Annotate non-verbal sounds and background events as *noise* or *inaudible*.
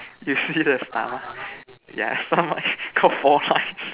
you see the stomach *breath* yeah stomach *noise* got four lines